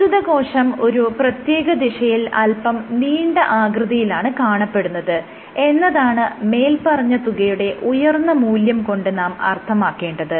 പ്രസ്തുത കോശം ഒരു പ്രത്യേക ദിശയിൽ അല്പം നീണ്ട ആകൃതിയിലാണ് കാണപ്പെടുന്നത് എന്നതാണ് മേല്പറഞ്ഞ തുകയുടെ ഉയർന്ന മൂല്യം കൊണ്ട് നാം അർത്ഥമാക്കേണ്ടത്